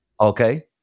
Okay